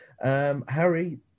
Harry